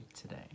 today